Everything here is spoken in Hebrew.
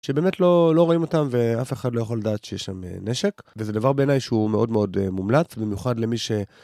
שבאמת לא רואים אותם ואף אחד לא יכול לדעת שיש שם נשק, וזה דבר בעיניי שהוא מאוד מאוד מומלץ, במיוחד למי ש...